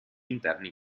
interni